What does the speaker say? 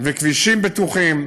וכבישים בטוחים,